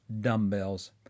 dumbbells